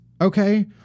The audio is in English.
Okay